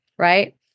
Right